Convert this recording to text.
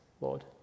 Lord